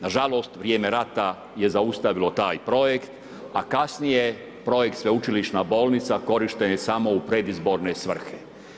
Nažalost, vrijeme rata je zaustavilo taj projekt a kasnije je projekt sveučilišna bolnica korišten je samo u predizborne svrhe.